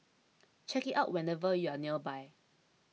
check it out whenever you are nearby